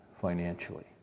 financially